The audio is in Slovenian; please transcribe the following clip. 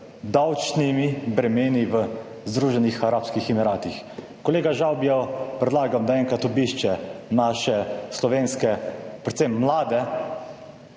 davčnimi bremeni v Združenih arabskih emiratih. Kolegu Žavbiju predlagam, da enkrat obišče naše slovenske, predvsem mlade